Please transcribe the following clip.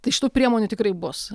tai šitų priemonių tikrai bus